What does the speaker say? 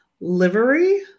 livery